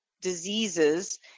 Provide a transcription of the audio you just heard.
diseases